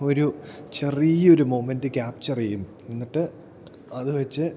ഒരു ചെറിയൊരു moment capture ചെയ്യും എന്നിട്ട് അത് വെച്ച്